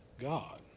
God